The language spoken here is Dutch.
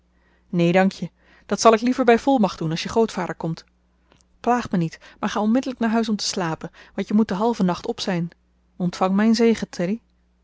neen dankje dat zal ik liever bij volmacht doen als je grootvader komt plaag mij niet maar ga onmiddellijk naar huis om te slapen want je moet den halven nacht op zijn ontvang mijn zegen